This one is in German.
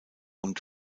und